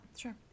Sure